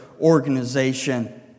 organization